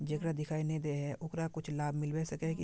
जेकरा दिखाय नय दे है ओकरा कुछ लाभ मिलबे सके है की?